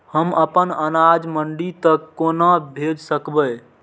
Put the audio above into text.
हम अपन अनाज मंडी तक कोना भेज सकबै?